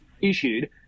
issued